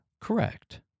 Correct